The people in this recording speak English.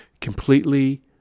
completely